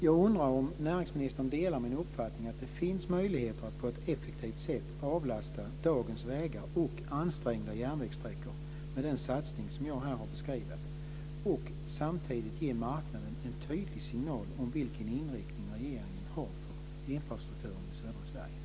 Jag undrar om näringsministern delar min uppfattning att det finns möjligheter att på ett effektivt sätt avlasta dagens vägar och ansträngda järnvägssträckor med den satsning som jag här har beskrivit och samtidigt ge marknaden en tydlig signal om vilken inriktning regeringen har för infrastrukturen i södra Sverige.